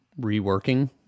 reworking